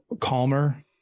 calmer